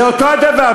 זה אותו הדבר.